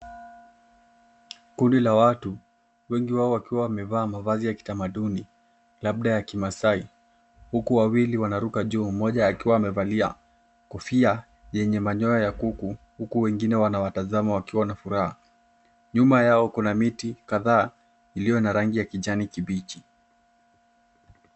Kundi la watu wengi wao wakiwa wamevaa mavazi ya kitamaduni labda ya kimasai huku wawili wanaruka juu mmoja akiwa amevalia kofia yenye manyoya ya kuku huku wengine wanawatazama wakiwa na furaha. Nyuma yao kuna miti kadhaa iliyo na rangi ya kijani kibichi.